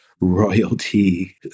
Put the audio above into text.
royalty